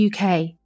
UK